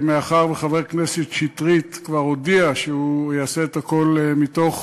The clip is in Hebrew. מאחר שחבר הכנסת שטרית כבר הודיע שהוא יעשה את הכול מתוך